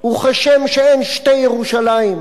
וכשם שאין שתי ירושלים".